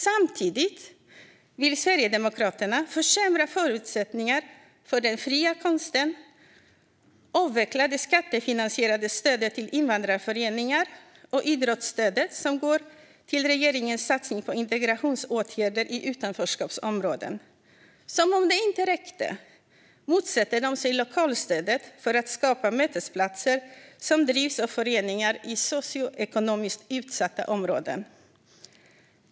Samtidigt vill Sverigedemokraterna försämra förutsättningarna för den fria konsten och avveckla det skattefinansierade stödet till invandrarföreningar samt idrottsstödet som går till regeringens satsning på integrationsåtgärder i utanförskapsområden. Som om det inte räckte motsätter de sig lokalstödet för att skapa mötesplatser som drivs av föreningar i socioekonomiskt utsatta områden.